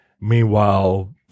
meanwhile